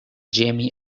jamie